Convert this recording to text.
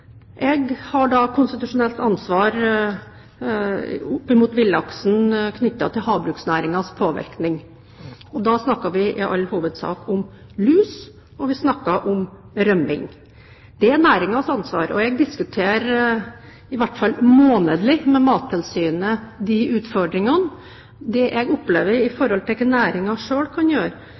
Jeg har konstitusjonelt ansvar for villaksen knyttet til havbruksnæringens påvirkning. Da snakker vi i all hovedsak om lus, og vi snakker om rømming. Det er næringens ansvar. Jeg diskuterer disse utfordringene med Mattilsynet i hvert fall månedlig.